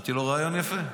אמרתי לו: רעיון יפה,